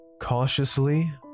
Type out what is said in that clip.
Cautiously